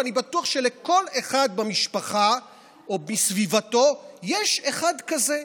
ואני בטוח שלכל במשפחה או בסביבתו יש אחד כזה.